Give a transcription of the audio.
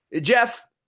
Jeff